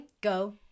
Go